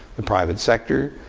the private sector,